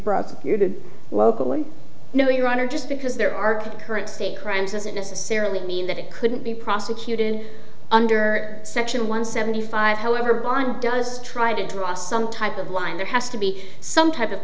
to locally know your honor just because there are current state crimes doesn't necessarily mean that it couldn't be prosecuted under section one seventy five however bond does try to draw some type of line there has to be some type of